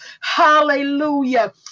Hallelujah